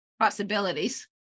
possibilities